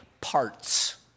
parts